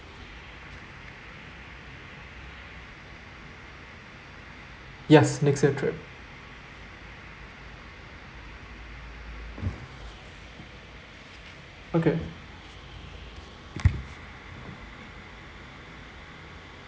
yes next year trip okay